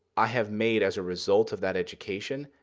i have made, as a result of that education,